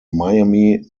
miami